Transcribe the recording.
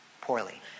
poorly